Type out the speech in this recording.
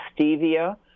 stevia